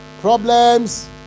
problems